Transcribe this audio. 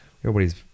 everybody's